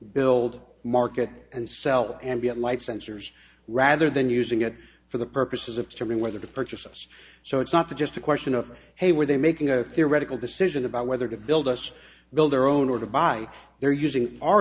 build market and sell ambient light sensors rather than using it for the purposes of telling whether to purchase so it's not just a question of hey were they making a theoretical decision about whether to build us build their own or device their using our